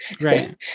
right